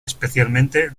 especialmente